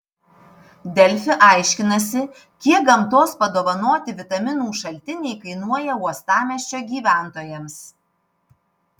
delfi aiškinasi kiek gamtos padovanoti vitaminų šaltiniai kainuoja uostamiesčio gyventojams